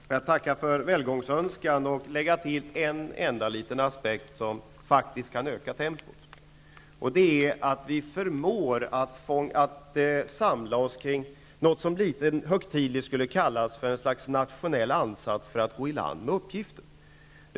Herr talman! Jag tackar för välgångsönskan och vill lägga till en enda liten aspekt som faktiskt kan bidra till att öka tempot. Det är att vi skall förmå samla oss kring något som litet högtidligt skulle kallas för ett slags nationell ansats för att gå i land med uppgiften.